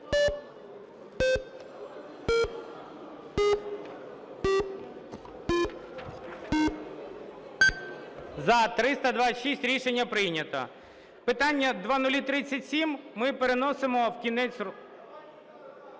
За-326 Рішення прийнято. Питання 0037 ми переносимо в кінець...